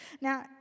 Now